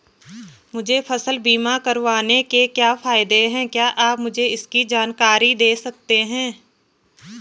मुझे फसल बीमा करवाने के क्या फायदे हैं क्या आप मुझे इसकी जानकारी दें सकते हैं?